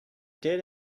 did